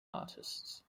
artists